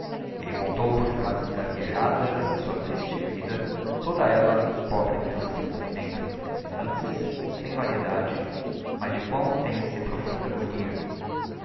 elle contou por phrases gaguejadas a sua triste vida toda ella um pobre drama sem movimento sem lances sem variedade mas de quão intensa e profunda agonia